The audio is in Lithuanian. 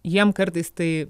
jiem kartais tai